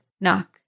knock